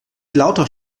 lauter